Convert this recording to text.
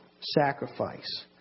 sacrifice